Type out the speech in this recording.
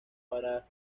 para